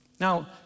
Now